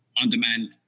on-demand